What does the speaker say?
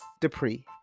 Dupree